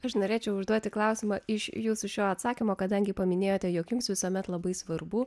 aš norėčiau užduoti klausimą iš jūsų šio atsakymo kadangi paminėjote jog jums visuomet labai svarbu